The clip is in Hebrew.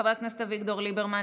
חבר הכנסת אביגדור ליברמן,